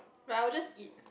like I would just eat